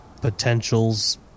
potentials